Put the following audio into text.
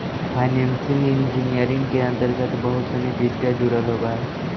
financial engineering के अंतर्गत बहुत सनि विधा जुडल होवऽ हई